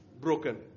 broken